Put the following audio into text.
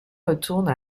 retourne